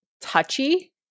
touchy